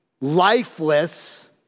lifeless